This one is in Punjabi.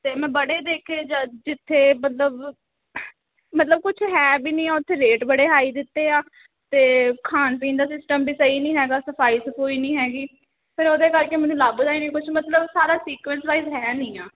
ਅਤੇ ਮੈਂ ਬੜੇ ਦੇਖੇ ਜ ਜਿੱਥੇ ਮਤਲਬ ਮਤਲਬ ਕੁਛ ਹੈ ਵੀ ਨਹੀਂ ਉੱਥੇ ਰੇਟ ਬੜੇ ਹਾਈ ਦਿੱਤੇ ਆ ਅਤੇ ਖਾਣ ਪੀਣ ਦਾ ਸਿਸਟਮ ਵੀ ਸਹੀ ਨਹੀਂ ਹੈਗਾ ਸਫਾਈ ਸਫੁਈ ਨਹੀਂ ਹੈਗੀ ਫਿਰ ਉਹਦੇ ਕਰਕੇ ਮੈਨੂੰ ਲੱਭਦਾ ਹੀ ਨਹੀਂ ਕੁਛ ਮਤਲਬ ਸਾਰਾ ਸੀਕੁਐਂਜ਼ ਵਾਈਜ਼ ਹੈ ਨਹੀਂ ਆਂ